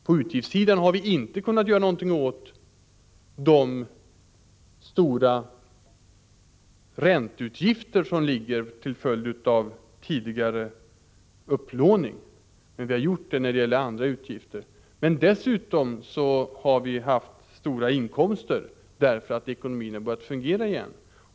På utgiftssidan har vi inte kunnat göra någonting åt de stora ränteutgifter som vi har till följd av tidigare upplåning, men vi har lyckats dra ner andra utgifter. Dessutom har vi haft stora inkomster, därför att ekonomin börjat fungera igen.